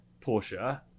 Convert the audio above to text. Porsche